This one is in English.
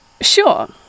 Sure